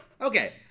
okay